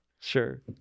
Sure